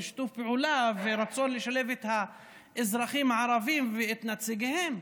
שיתוף פעולה ורצון לשלב את האזרחים הערבים ואת נציגיהם.